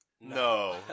No